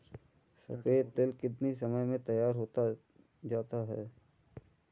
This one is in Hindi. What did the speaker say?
सफेद तिल कितनी समय में तैयार होता जाता है?